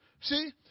See